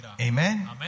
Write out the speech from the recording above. Amen